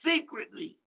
secretly